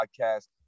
podcast